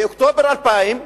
באוקטובר 2000,